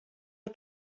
are